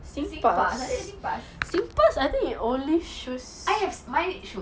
singpass ada dekat singpass I have mine it shows